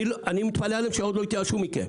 אני מתפלא עליהם שעוד לא התייאשו מכם.